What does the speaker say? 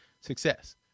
success